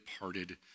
parted